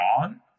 on